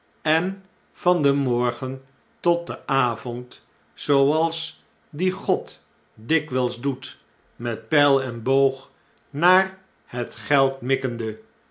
en van den morgen tot den avond zooals die god dikwjjls doet met pijl en boog naar het geld mikkende